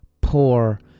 Poor